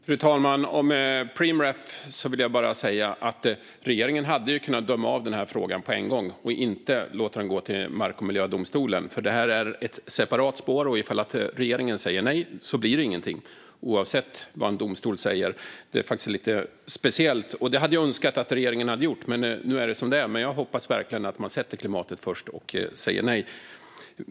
Fru talman! Om Preemraff vill jag bara säga att regeringen hade kunnat döma av den här frågan på en gång och inte låta den gå till Mark och miljööverdomstolen. Det här är ett separat spår. Ifall regeringen säger nej blir det ingenting, oavsett vad en domstol säger. Det är faktiskt lite speciellt. Detta hade jag önskat att regeringen hade gjort, men nu är det som det är. Jag hoppas verkligen att man sätter klimatet först och säger nej.